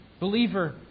Believer